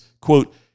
quote